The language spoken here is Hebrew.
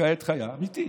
כעת חיה, אמיתי,